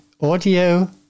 audio